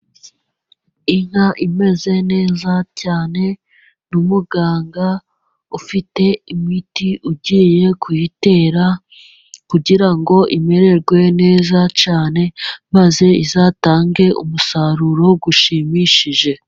Inka imeze neza cyane n' umuganga ufite imiti ugiye kuyitera kugira ngo imererwe neza cyane maze izatange umusaruro ushimishije.